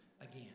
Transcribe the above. again